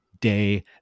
day